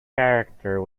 character